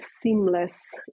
seamless